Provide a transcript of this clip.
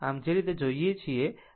આમ જે રીતે જોઈએ છે